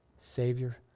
Savior